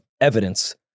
evidence